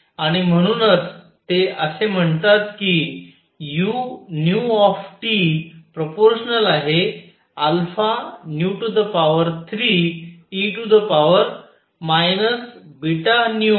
आणि म्हणूनच ते असे म्हणतात की u 3e βνkT